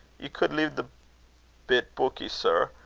ye cud lave the bit beukie, sir?